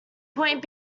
point